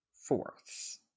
fourths